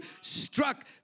struck